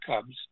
cubs